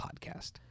podcast